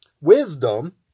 Wisdom